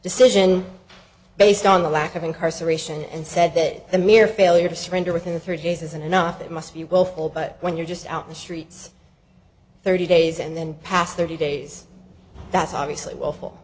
decision based on the lack of incarceration and said that the mere failure to surrender within three days isn't enough it must be willful but when you're just out the streets thirty days and then pass thirty days that's obviously will